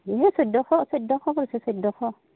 এ চৈধ্যশ চৈধ্যশ পৰিছে চৈধ্যশ